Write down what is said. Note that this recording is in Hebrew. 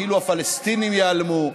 כאילו הפלסטינים ייעלמו,